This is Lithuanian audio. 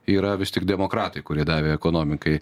yra vis tiek demokratai kurie davė ekonomikai